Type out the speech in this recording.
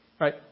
right